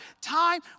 Time